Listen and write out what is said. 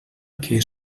que